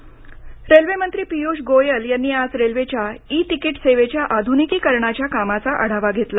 E ticket रेल्वेमंत्री पीयूष गोयल यांनी आज रेल्वेच्या इ तिकीट सेवेच्या आधुनिकीकरणाच्या कामाचा आढावा घेतला